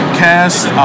cast